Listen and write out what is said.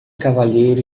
cavalheiro